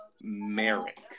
Merrick